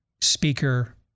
speaker